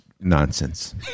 nonsense